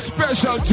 Special